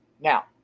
Now